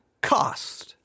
cost